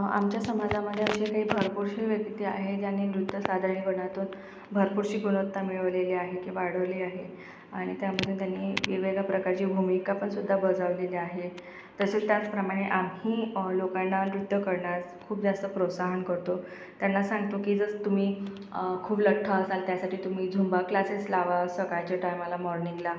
आमच्या समाजामध्ये असे काही भरपूरसे व्यक्ती आहे ज्यांनी नृत्य सादरीकरणातून भरपूरशी गुणवत्ता मिळवलेली आहे की वाढवली आहे आणि त्यामधून त्यांनी वेगवेगळ्या प्रकारची भूमिकापण सुद्धा बजावलेली आहे तसेच त्याचप्रमाणे आम्ही लोकांना नृत्य करण्यास खूप जास्त प्रोत्साहन करतो त्यांना सांगतो की जसं तुम्ही खूप लठ्ठ असाल त्यासाठी तुम्ही झुंबा क्लासेस लावा सकाळच्या टाइमाला मॉर्निंगला